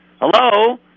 hello